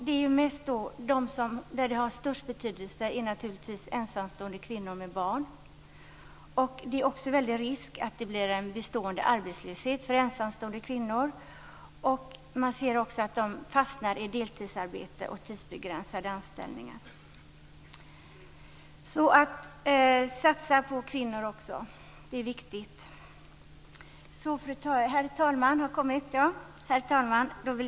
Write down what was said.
Den har naturligtvis störst inverkan på ensamstående kvinnor med barn. Det är också en väldigt stor risk för bestående arbetslöshet bland ensamstående kvinnor. Man ser att de fastnar i deltidsarbete och tidsbegränsade anställningar. Det är alltså viktigt att satsa också på kvinnor. Herr talman!